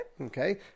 okay